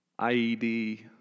IED